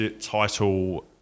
title